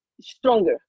Stronger